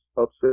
upset